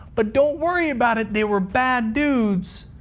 but don't worry about it. they were bad dudes,